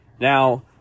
Now